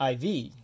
IV